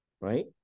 right